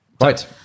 Right